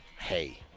Hey